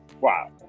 Wow